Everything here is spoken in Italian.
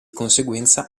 conseguenza